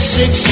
six